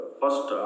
first